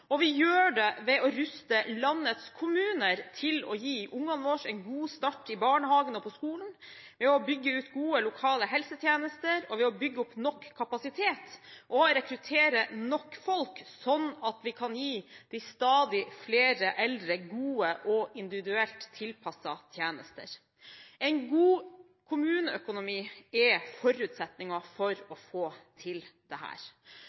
Og vi gjør det ved å ruste landets kommuner til å gi ungene våre en god start i barnehagen og på skolen, ved å bygge ut gode lokale helsetjenester og ved å bygge opp nok kapasitet og rekruttere nok folk, slik at vi kan gi de stadig flere eldre gode og individuelt tilpassede tjenester. En god kommuneøkonomi er forutsetningen for